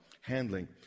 handling